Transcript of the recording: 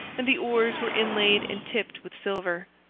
and the oars were inlaid and tipped with silver.